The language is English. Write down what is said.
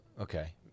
Okay